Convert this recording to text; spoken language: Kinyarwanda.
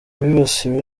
bibasiwe